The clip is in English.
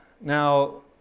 now